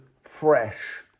fresh